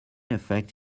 effect